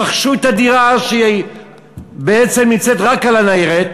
רכשו את הדירה, שבעצם נמצאת רק על הניירת,